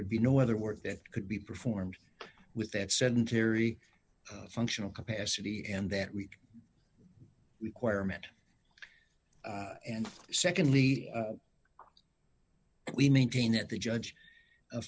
would be no other work that could be performed with that sedentary functional capacity and that we require met and secondly we maintain that the judge